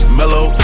mellow